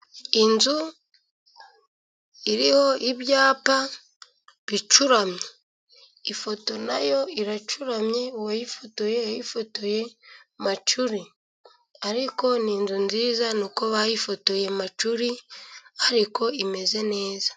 Inzu iriho ibyapa bicuramye, ifoto nayo iracuramye uwayifotoye yayifotoye macuri, ariko ni inzu nziza nuko bayifotoye macuri ariko imeze neza.